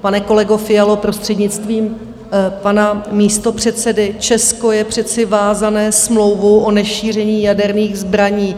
Pane kolego Fialo, prostřednictvím pana místopředsedy, Česko je přece vázané smlouvu o nešíření jaderných zbraní.